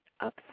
up